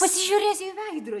pasižiūrėsiu į veidro